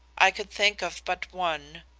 i could think of but one,